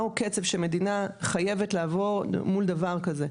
הוא קצב של מדינה חייבת לעבור מול דבר כזה.